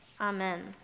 Amen